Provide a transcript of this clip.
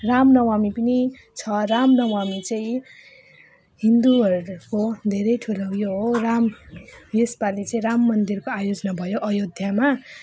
रामनवमी पनि छ रामनवमी चाहिँ हिन्दूहरूको धेरै ठुलो उयो हो राम यस पालि चाहिँ राम मन्दिरको आयोजना भयो अयोध्यामा